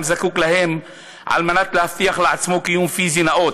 זקוק להם כדי להבטיח לעצמו קיום פיזי נאות,